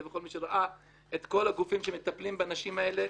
וכל מי שראה את כל הגופים שמטפלים בנשים האלה,